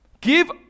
Give